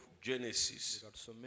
Genesis